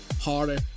harder